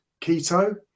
keto